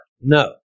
No